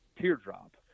teardrop